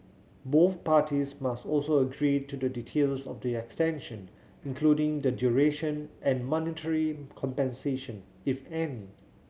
both parties must also agree to the details of the extension including the duration and monetary compensation if any